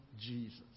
Jesus